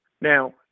Now